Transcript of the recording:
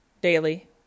daily